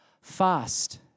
fast